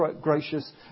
gracious